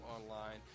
online